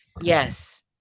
Yes